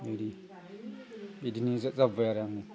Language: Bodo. बेनो बिदिनो जाबोबाय आरो आं